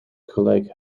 gelijk